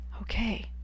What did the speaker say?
Okay